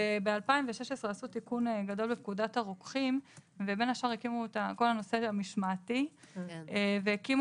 ב-2016 עשו תיקון גדול בפקודת הרוקחים בכל הנושא המשמעתי והקימו